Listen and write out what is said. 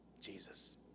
Jesus